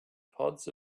pods